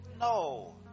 No